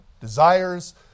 Desires